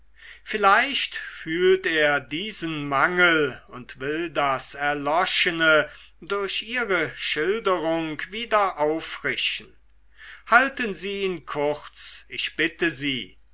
vielleicht fühlt er diesen mangel und will das erloschene durch ihre schilderung wieder auffrischen halten sie ihn kurz ich bitte sie